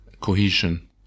cohesion